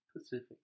Pacific